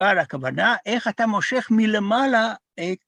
‫על הכוונה איך אתה מושך מלמעלה...